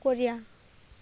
Korea